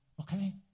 okay